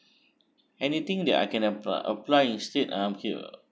anything that I can have a~ apply instead I'm here